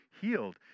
healed